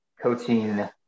coaching